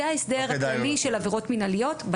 זה ההסדר הכללי של עבירות מינהליות.